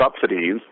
subsidies